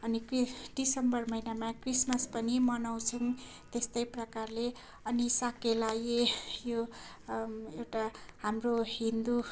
अनि के दिसम्बर महिनामा क्रिसमस पनि मनाउँछौँ त्यस्तै प्रकारले अनि साकेला ए यो एउटा हाम्रो हिन्दू